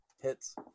Hits